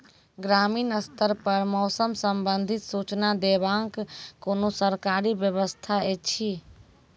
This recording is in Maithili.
ग्रामीण स्तर पर मौसम संबंधित सूचना देवाक कुनू सरकारी व्यवस्था ऐछि?